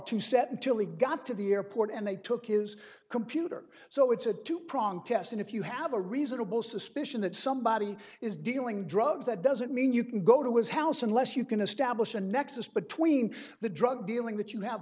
to set until he got to the airport and they took his computer so it's a two prong test and if you have a reasonable suspicion that somebody is dealing drugs that doesn't mean you can go to his house unless you can establish a nexus between the drug dealing that you have